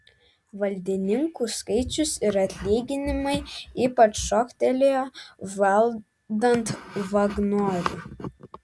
valdininkų skaičius ir atlyginimai ypač šoktelėjo valdant vagnoriui